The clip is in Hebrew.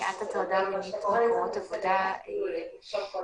למניעת הטרדה מינית במקומות עבודה אזרחי,